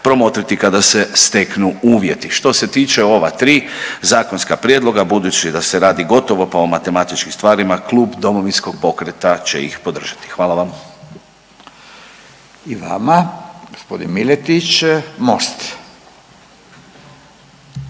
promotriti kada se steknu uvjeti. Što se tiče ova tri zakonska prijedloga budući da se radi gotovo pa o matematičkim stvarima Klub Domovinskog pokreta će ih podržati, hvala vam. **Radin, Furio